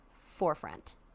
forefront